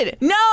No